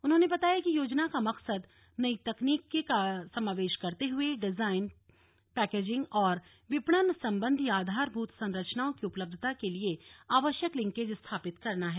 उन्होंने बताया कि योजना का मकसद नई तकनीकि का समावेश करते हए डिजाइन पैकेजिंग और विपणन संबंधी आधारभूत संरचनाओं की उपलब्धता के लिए आवश्यक लिंकेज स्थापित करना है